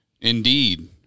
Indeed